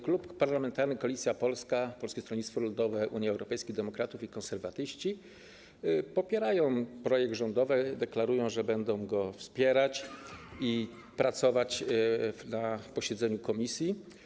Klub Parlamentarny Koalicja Polska - Polskie Stronnictwo Ludowe, Unia Europejskich Demokratów i Konserwatyści popiera projekt rządowy, deklaruje, że będzie go wspierać i pracować nad nim na posiedzeniu komisji.